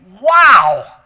wow